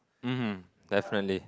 mmhmm definitely